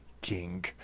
King